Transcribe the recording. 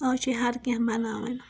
آز چھُ ہر کیٚنٛہہ بَناوان